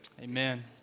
Amen